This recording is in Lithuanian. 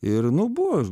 ir nu buvo